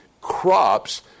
crops